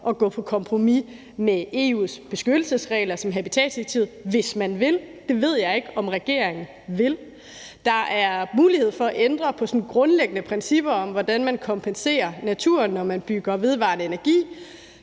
at gå på kompromis med EU's beskyttelsesregler som habitatdirektivet, hvis man vil, og det ved jeg ikke om regeringen vil. Der er mulighed for at ændre på grundlæggende principper om, hvordan man kompenserer naturen, når man bygger vedvarende energi.